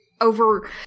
over